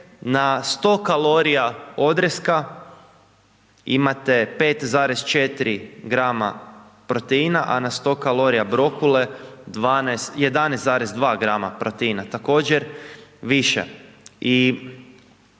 na 100 kalorija odreska imate 5,4 gr. proteina, a na 100 kalorija brokule 11,2 gr. proteina, također više.